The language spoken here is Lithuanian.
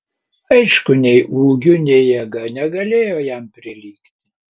aišku nei ūgiu nei jėga negalėjo jam prilygti